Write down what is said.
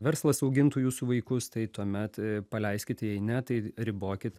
verslas augintų jūsų vaikus tai tuomet paleiskit jei ne tai ribokit